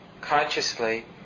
consciously